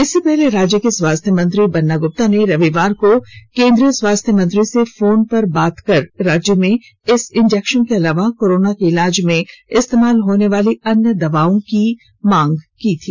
इससे पहले राज्य के स्वास्थ्य मंत्री बन्ना गुप्ता ने रविवार को केंद्रीय स्वास्थ्य मंत्री से फोन पर बात कर राज्य में इस इंजेक्शन के अलावा कोरोना के इलाज में इस्तेमाल होने वाली अन्य दवाओं की मांग की थी